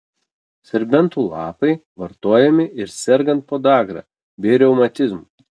serbentų lapai vartojami ir sergant podagra bei reumatizmu